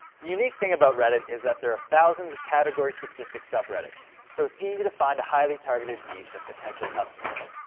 the unique thing about reddit is that there are thousands of category specific subreddits, so it's easy to find a highly targeted niche of potential customers.